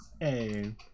hey